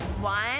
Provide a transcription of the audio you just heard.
One